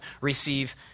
receive